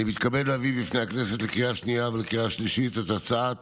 אני מתכבד להביא בפני הכנסת לקריאה השנייה ולקריאה השלישית את הצעת